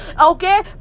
okay